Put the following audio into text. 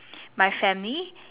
my family